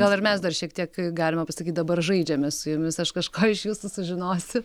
gal ir mes dar šiek tiek galima pasakyt dabar žaidžiame su jumis aš kažko iš jūsų sužinosiu